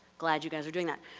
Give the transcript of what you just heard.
glad you guys are doing that.